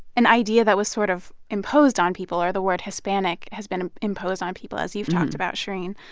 an idea that was sort of imposed on people, or the word hispanic has been ah imposed on people, as you've talked about, shereen,